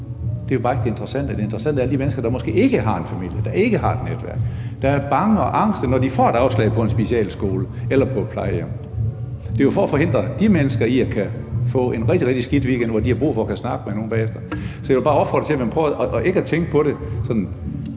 Det er jo bare ikke det interessante. Det interessante er alle de mennesker, der måske ikke har en familie, der ikke har et netværk, der er bange og angste, når de får et afslag på en plads på en specialskole eller et plejehjem. Det er jo for at forhindre, at de mennesker kan få en rigtig, rigtig skidt weekend, hvor de har brug for at snakke med nogen bagefter. Jeg vil bare opfordre til, at man prøver på ikke at tænke på, hvad